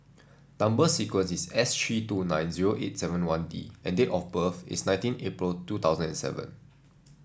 number sequence is S three two nine zero eight seven one D and date of birth is nineteen April two thousand and seven